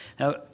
Now